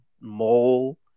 mole